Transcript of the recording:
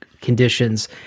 conditions